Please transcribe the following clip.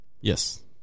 Yes